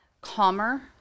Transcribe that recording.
calmer